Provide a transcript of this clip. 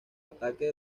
ataques